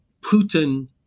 Putin